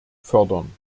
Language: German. fördern